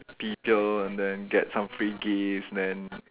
people and then get some free gifts then